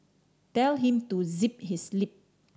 tell him to zip his lip